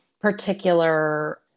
particular